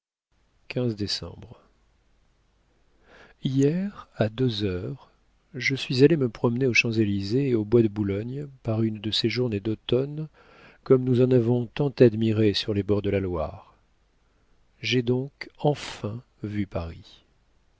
hier à deux heures je suis allée me promener aux champs-élysées et au bois de boulogne par une de ces journées d'automne comme nous en avons tant admiré sur les bords de la loire j'ai donc enfin vu paris